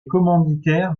commanditaires